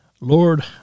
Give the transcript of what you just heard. Lord